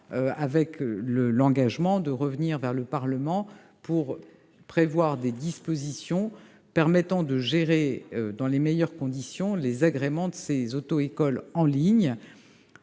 l'engagement de revenir devant le Parlement pour prévoir des dispositions permettant de gérer dans les meilleures conditions possible les agréments des auto-écoles en ligne.